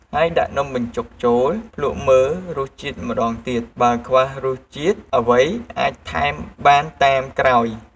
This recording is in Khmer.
ហើយដាក់នំបញ្ចុកចូល ភ្លក់មើលរសជាតិម្ដងទៀត បើខ្វះរសជាតិអ្វីអាចថែមបានតាមក្រោយ។